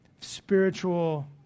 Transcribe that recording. spiritual